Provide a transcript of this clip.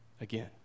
again